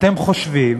אתם חושבים